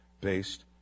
based